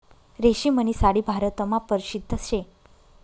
रेशीमनी साडी भारतमा परशिद्ध शे